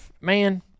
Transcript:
man